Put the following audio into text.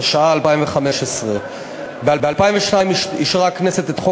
התשע"ה 2015. ב-2002 אישרה הכנסת את חוק